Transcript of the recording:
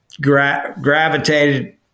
gravitated